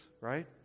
right